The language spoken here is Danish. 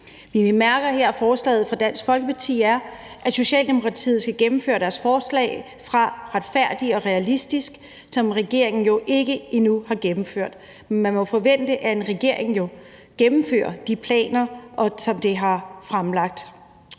Vi bemærker her, at forslaget fra Dansk Folkeparti er, at Socialdemokratiet skal gennemføre deres forslag fra »Retfærdig og realistisk – en udlændingepolitik der samler Danmark«, som regeringen jo endnu ikke har gennemført. Man må forvente, at en regering jo gennemfører de planer, som den har fremlagt.